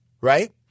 Right